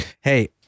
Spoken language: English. hey